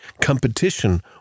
competition